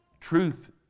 Truth